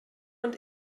und